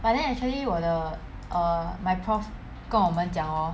but then actually 我的 err my prof 跟我们讲 hor